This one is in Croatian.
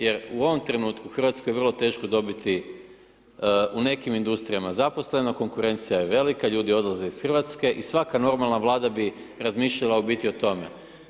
Jer, u ovom trenutku u RH je vrlo teško dobiti u nekim industrijama, zaposleno, konkurencija je velika, ljudi odlaze iz RH i svaka normalna Vlada bi razmišljala u biti o tome.